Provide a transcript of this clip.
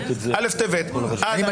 א' טבת, עד א' שבט, עד א' אדר, א' ניסן.